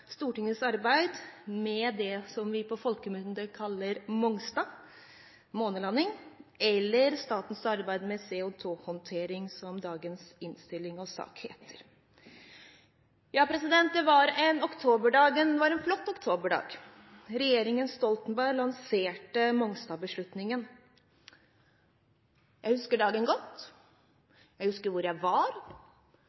Stortingets arbeid med det vi på folkemunne kaller Mongstad, månelanding eller statens arbeid med CO2-håndtering, som dagens innstilling og sak heter. Det var en flott oktoberdag regjeringen Stoltenberg lanserte Mongstad-beslutningen. Jeg husker dagen godt,